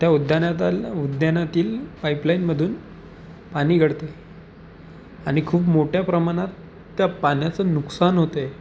त्या उद्यानात उद्यानातील पाईपलाईनमधून पाणी गळत आहे आणि खूप मोठ्या प्रमाणात त्या पाण्याचं नुकसान होत आहे